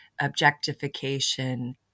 objectification